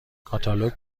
کاتالوگ